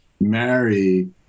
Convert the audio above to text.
marry